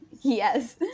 Yes